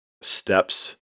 steps